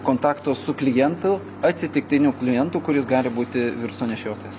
kontakto su klientu atsitiktiniu klientu kuris gali būti viruso nešiotojas